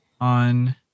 on